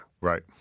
Right